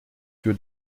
für